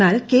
എന്നാൽ കെ